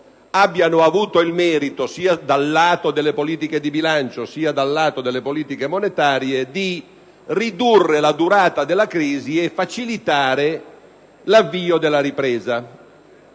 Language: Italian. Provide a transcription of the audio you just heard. abbiano avuto il merito, sia dal lato delle politiche di bilancio, sia dal lato delle politiche monetarie, di ridurre la durata della crisi e facilitare l'avvio della ripresa.